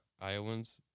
Iowans